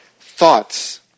thoughts